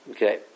Okay